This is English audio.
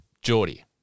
Geordie